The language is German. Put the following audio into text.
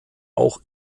auch